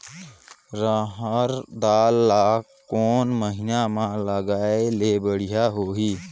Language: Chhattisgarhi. रहर दाल ला कोन महीना म लगाले बढ़िया होही?